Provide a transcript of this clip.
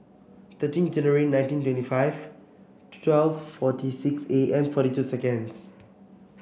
thirteen January nineteen twenty five twelve forty six A M forty two seconds